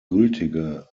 gültige